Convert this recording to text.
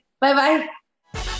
Bye-bye